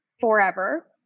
forever